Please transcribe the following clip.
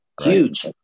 huge